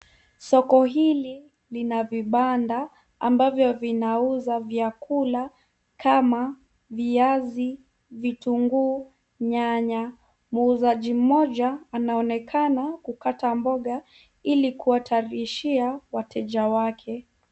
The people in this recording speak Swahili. Soko hili lina vibanda ambavyo vinauza vyakula kama viazi, vitunguu, nyanya. Mwuzaji moja anaonekana kukata mboga ili kuwa tayarishia wateja wake.